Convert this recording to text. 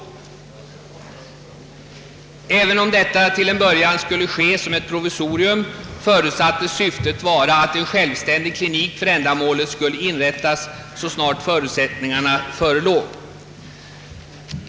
Även om detta till en början skulle ske som ett provisorium, förutsattes syftet vara, att en självständig klinik för ändamålet skulle inrättas, så snart förutsättningar härför förelåg.